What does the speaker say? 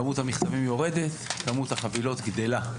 כמות המכתבים יורדת, כמות החבילות גדלה.